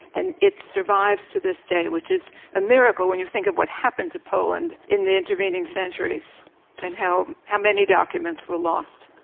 and it survives to this day, which is a miracle when you think of what happened to poland in the intervening centuries and how how many documents were lost.